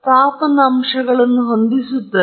ತಾಪನ ಅಂಶಗಳನ್ನು ಹೊಂದಿರುತ್ತವೆ